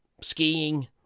skiing